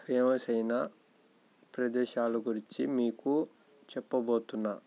famous అయినా ప్రదేశాల గురించి మీకు చెప్పబోతున్నాను